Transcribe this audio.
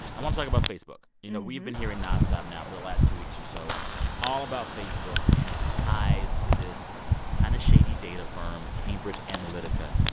i want to talk about facebook. you know, we've been hearing nonstop now for the last two weeks or so all about facebook and its ties to this kind of shady data firm cambridge analytica.